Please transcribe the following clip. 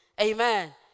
Amen